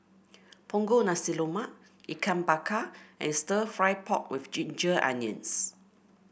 Punggol Nasi Lemak Ikan Bakar and stir fry pork with Ginger Onions